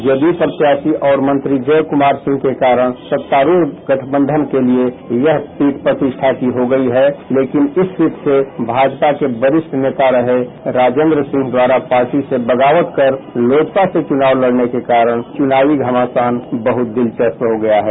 जद यू प्रत्याशी और मंत्री जय क्मार सिंह के कारण सत्तारुढ गठबंधन के लिए यह प्रतिष्ठा की सीट हो गयी है लेकिन इस सीट से भाजपा के वेरिष्ठ नेता रहे राजेन्द्र सिॅह द्वारा पार्टी से बगावत कर लोजपा से चुनाव लड़ने के कारण चुनावी घमासान बहुत दिलचस्प हो गया है